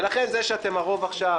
ולכן זה שאתם הרוב עכשיו,